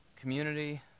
community